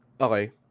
Okay